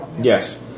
Yes